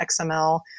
xml